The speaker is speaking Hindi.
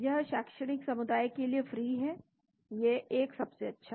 यह शैक्षणिक समुदाय के लिए फ्री है एक सबसे अच्छा